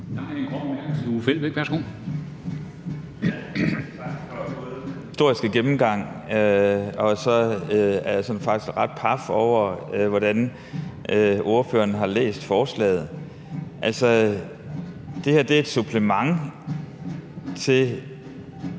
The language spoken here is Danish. Kl. 13:49 Uffe Elbæk (UFG): Tak for den historiske gennemgang. Jeg er faktisk ret paf over, hvordan ordføreren har læst forslaget. Altså, det her er et supplement til